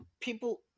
people